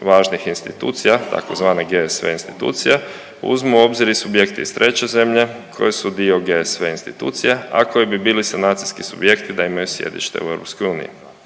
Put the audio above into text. važnih institucija tzv. GSV institucija uzmu u obzir i subjekt iz treće zemlje koje su dio GSV institucija, a koji bi bili sanacijski subjekti da imaju sjedište u Europskoj uniji.